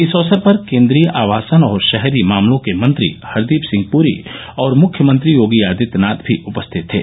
इस अवसर पर केंद्रीय आवासन और शहरी मामलों के मंत्री हरदीप सिंह पूरी और मुख्यमंत्री योगी आदित्यनाथ भी उपस्थित थे